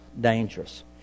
dangerous